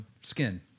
skin